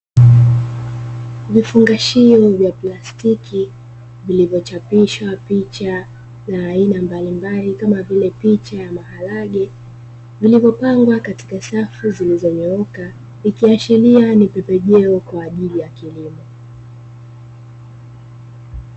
Vifungashio ni vya plastiki vilivo chapishwa picha za aina mbalimbali kama vile picha ya maharage, vilivopangwa katika safu zilizonyooka ziki ashiria ni pembejeo kwa ajili ya kilimo.